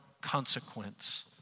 consequence